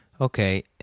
Okay